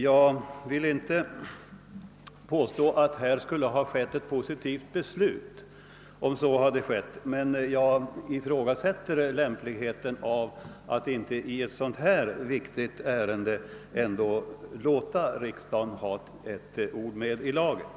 Jag vill inte påstå att resultatet skulle ha blivit positivt om sådana hänvändelser hade skett, men jag ifrågasätter lämpligheten av att man inte i ett så viktigt ärende som detta låtit riksdagen få ett ord med 1 laget.